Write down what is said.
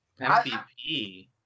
MVP